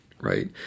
Right